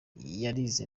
yarize